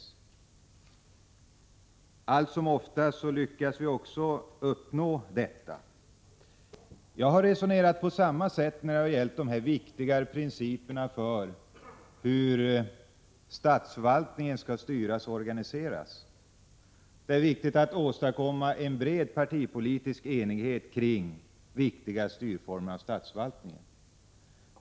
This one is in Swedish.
Alltsomoftast lyckas vi också uppnå detta. Jag har resonerat på samma sätt när det har gällt de viktiga principerna för hur statsförvaltningen skall styras och organiseras. Det är väsentligt att åstadkomma en bred politisk enighet kring formerna för styrning av statsförvaltningen.